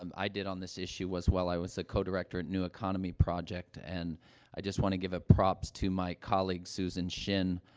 um i did on this issue was while i was the co-director at new economy project, and i just want to give props to my colleague, susan shin,